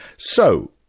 so,